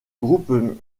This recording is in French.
groupe